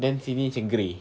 then sini macam grey